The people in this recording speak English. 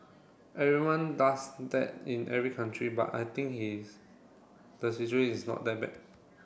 everyone does that in every country but I think his the situation is not that bad